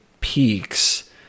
Peaks